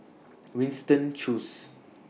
Winston Choos